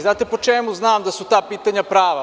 Znate li po čemu znam da su ta pitanja prava?